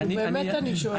אני באמת שואלת.